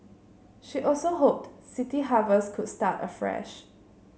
she also hoped City Harvest could start afresh